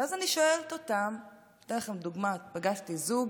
ואז אני שואלת אותם, אתן לכם דוגמה: פגשתי זוג,